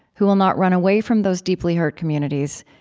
who will not run away from those deeply hurt communities,